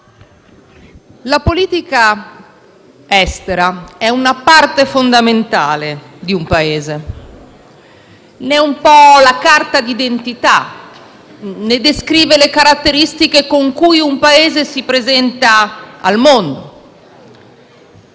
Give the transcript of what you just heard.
la politica estera è una parte fondamentale di un Paese; è un po' la sua carta d'identità: descrive le caratteristiche con cui un Paese si presenta al mondo.